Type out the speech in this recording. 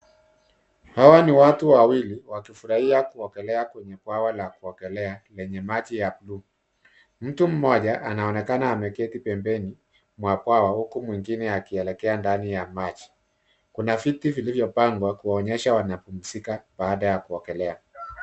Hawa ni watu wawili wakifurahia kuogela kwenye bwawa la kuogela lenye maji ya bluu. Mtu mmoja anaonekana ameketi pembeni mwa bwawa huku mwingine akielekea ndani ya maji. Kuna viti vilivyo pangwa kuonyesha wanapumzika baada ya kuogelea.